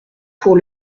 pour